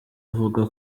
avuga